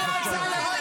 בבקשה לצאת.